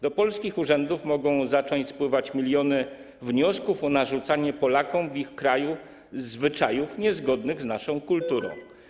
Do polskich urzędów mogą zacząć spływać miliony wniosków o narzucanie Polakom w ich kraju zwyczajów niezgodnych z naszą kulturą.